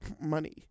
money